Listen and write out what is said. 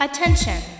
Attention